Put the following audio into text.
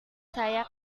saya